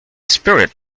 spirit